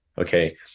okay